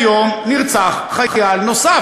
היום נרצח חייל נוסף.